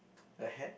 the hat